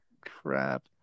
crap